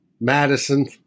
Madison